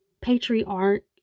patriarch